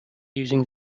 using